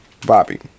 Bobby